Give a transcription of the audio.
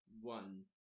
one